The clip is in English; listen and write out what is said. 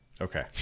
Okay